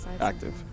active